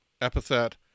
epithet